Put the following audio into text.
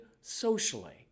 socially